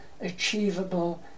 achievable